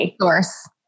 source